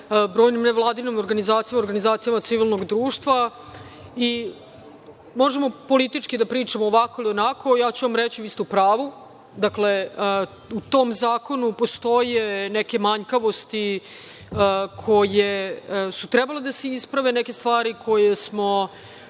organizacijama, organizacijama civilnog društva i može politički da pričamo ovako ili onako. Ja ću vam reći, vi ste u pravu. Dakle, u tom zakonu postoje neke manjkavosti koje su trebale da se isprave, neke stvari koje smo